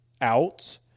out